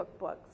cookbooks